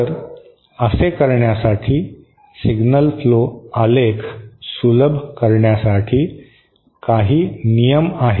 तर असे करण्यासाठी सिग्नल फ्लो आलेख सुलभ करण्यासाठी काही नियम आहेत